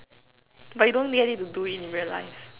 but you don't get it to do it in real life